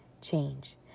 change